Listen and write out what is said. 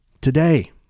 today